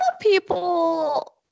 people